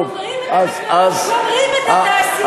אתם גומרים את החקלאות, גומרים את התעשייה.